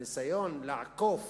הניסיון לעקוף